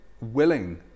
willing